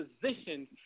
positions